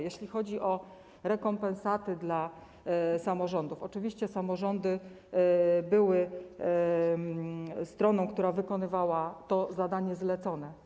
Jeśli chodzi o rekompensaty dla samorządów, to oczywiście samorządy były stroną, która wykonywała zadanie zlecone.